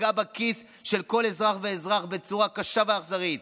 פגעה בכיס של כל אזרח ואזרח בצורה קשה ואכזרית